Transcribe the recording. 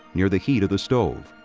near the heat of the stove.